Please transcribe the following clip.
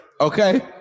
okay